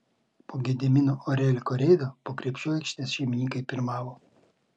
po gedimino oreliko reido po krepšiu aikštės šeimininkai pirmavo